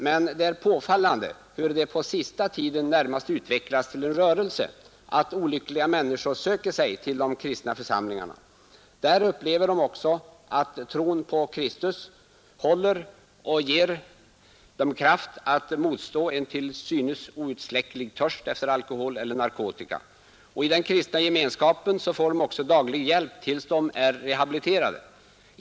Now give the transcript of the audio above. Men det är påfallande hur det på den senaste tiden närmast utvecklats till en rörelse att olyckliga människor söker sig till de kristna församlingarna. Där upplever de också att tron på Kristus håller och ger dem kraft att motstå en till synes outsläcklig törst efter alkohol eller narkotika. I den kristna gemenskapen får de även daglig hjälp tills de är rehabiliterade.